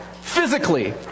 physically